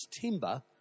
timber